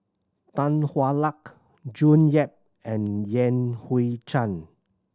Tan Hwa Luck June Yap and Yan Hui Chang